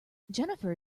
jennifer